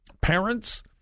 Parents